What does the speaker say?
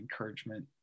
encouragement